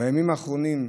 בימים האחרונים,